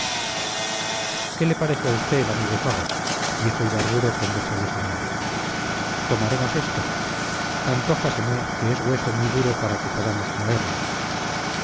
qué le parece a usted amigo fago dijo ibarburu con desfallecimiento tomaremos esto antójaseme que es hueso muy duro para que podamos roerlo